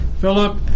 Philip